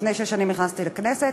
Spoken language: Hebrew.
לפני שש שנים נכנסתי לכנסת.